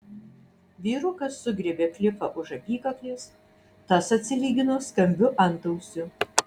vyrukas sugriebė klifą už apykaklės tas atsilygino skambiu antausiu